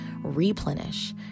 replenish